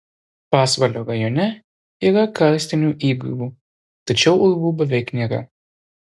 pasvalio rajone yra karstinių įgriuvų tačiau urvų beveik nėra